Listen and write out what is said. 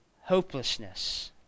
hopelessness